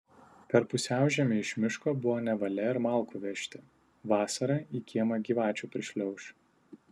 per pusiaužiemį iš miško buvo nevalia ir malkų vežti vasarą į kiemą gyvačių prišliauš